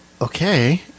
okay